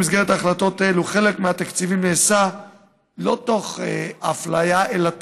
במסגרת החלטות אלו חלק מהתקציבים נעשה לא תוך אפליה אלא